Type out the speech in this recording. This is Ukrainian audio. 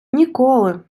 ніколи